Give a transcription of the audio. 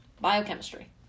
Biochemistry